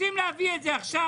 רוצים להביא את זה עכשיו,